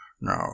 No